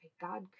God